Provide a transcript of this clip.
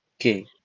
Okay